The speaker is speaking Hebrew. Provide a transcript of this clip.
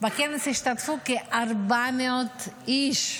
בכנס השתתפו כ-400 איש,